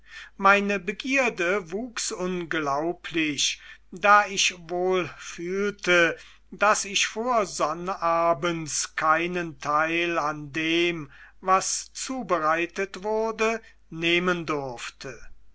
meine begierde wuchs unglaublich da ich wohl fühlte daß ich vor sonnabends keinen teil an dem was zubereitet wurde nehmen durfte